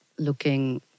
looking